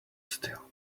still